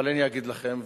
אבל אני אגיד לכם,